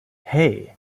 hey